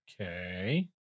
Okay